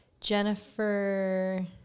Jennifer